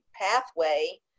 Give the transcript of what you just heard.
pathway